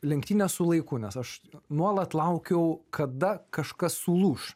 lenktynes su laiku nes aš nuolat laukiau kada kažkas sulūš